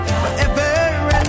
forever